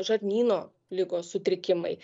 žarnyno ligos sutrikimai